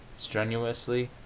strenuously,